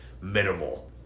Minimal